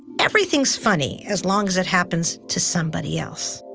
everything's funny as long as it happens to somebody else.